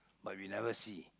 but we never see